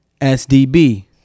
SDB